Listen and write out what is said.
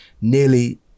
nearly